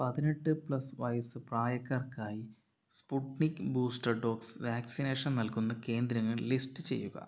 പതിനെട്ട് പ്ലസ് വയസ്സ് പ്രായക്കാർക്കായി സ്പുട്നിക് ബൂസ്റ്റർ ഡോസ് വാക്സിനേഷൻ നൽകുന്ന കേന്ദ്രങ്ങൾ ലിസ്റ്റ് ചെയ്യുക